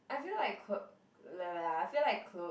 I feel like I feel like clothes work better tho